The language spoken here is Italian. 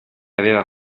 aveva